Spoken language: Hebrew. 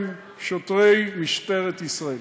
יש צמידים אלקטרוניים,